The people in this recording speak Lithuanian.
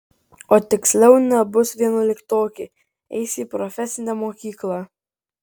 o tiksliau nebus vienuoliktokė eis į profesinę mokyklą